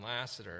Lasseter